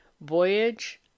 Voyage